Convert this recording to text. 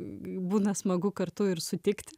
būna smagu kartu ir sutikti